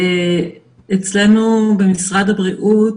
אצלנו במשרד הבריאות,